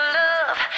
love